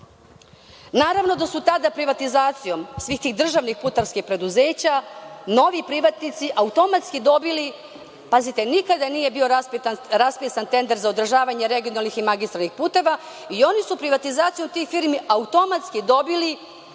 da su tada privatizacijom svih tih državnih putarskih preduzeća novi privatnici automatski dobili, pazite, nikada nije bio raspisan tender za održavanje regionalnih i magistralnih puteva i oni su privatizaciju tih firmi automatski dobili